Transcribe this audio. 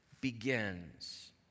begins